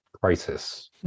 crisis